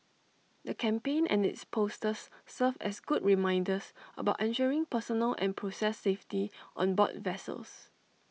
the campaign and its posters serve as good reminders about ensuring personal and process safety on board vessels